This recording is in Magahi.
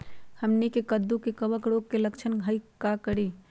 हमनी के कददु में कवक रोग के लक्षण हई का करी?